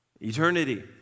Eternity